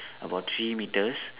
about three metres